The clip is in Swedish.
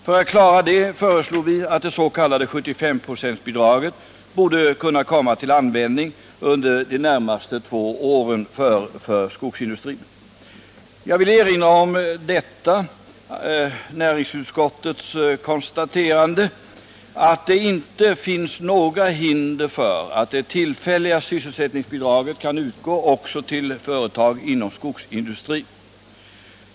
För att klara det föreslog vi att det s.k. 75-procentsbidraget borde kunna komma till användning för skogsindustrin de närmaste två åren. Jag vill erinra om näringsutskottets konstaterande att det inte finns några hinder för att det tillfälliga sysselsättningsbidraget kan utgå också till företag inom skogsindustrin.